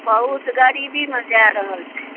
बहुत गरीबीमे जाए रहल छै